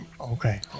okay